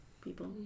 people